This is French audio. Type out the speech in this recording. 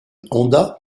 honda